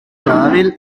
badabil